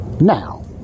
Now